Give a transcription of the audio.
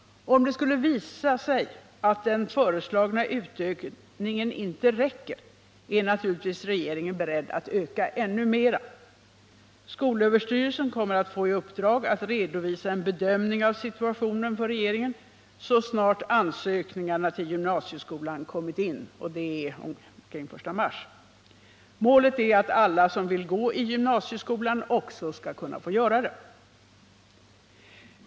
Om det skulle visa sig att den föreslagna utökningen inte räcker är naturligtvis regeringen beredd att öka ännu mera. Skolöverstyrelsen kommer att få i uppdrag att för regeringen redovisa en bedömning av situationen så snart ansökningarna till gymnasieskolan kommit in, dvs. omkring den 1 mars. Målet är att alla som vill gå i gymnasieskola också skall kunna få göra det.